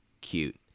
cute